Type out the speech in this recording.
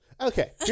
Okay